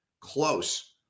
close